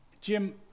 Jim